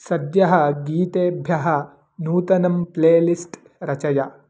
सद्यः गीतेभ्यः नूतनं प्लेलिस्ट् रचय